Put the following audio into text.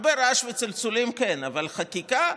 הרבה רעש וצלצולים כן, אבל חקיקה?